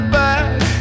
back